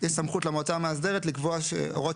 יש סמכות למועצה המאסדרת לקבוע שהוראות